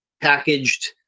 Packaged